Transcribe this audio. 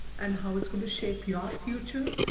and how it's gonna shape your future,